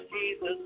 Jesus